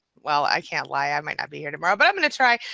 well i can't lie, i might not be here tomorrow, but i'm gonna try.